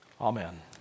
Amen